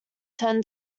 ten